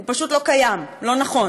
זה פשוט לא קיים, לא נכון.